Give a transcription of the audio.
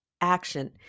action